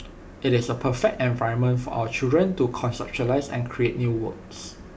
IT is A perfect environment for our children to conceptualise and create new works